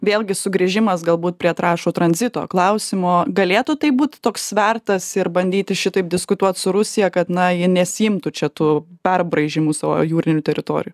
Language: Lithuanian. vėlgi sugrįžimas galbūt prie trąšų tranzito klausimo galėtų tai būt toks svertas ir bandyti šitaip diskutuot su rusija kad na ji nesiimtų čia tų perbraižymų savo jūrinių teritorijų